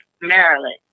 Maryland